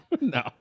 No